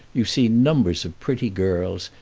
you see numbers of pretty girls,